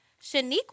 Shaniqua